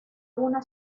una